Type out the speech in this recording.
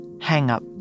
hang-up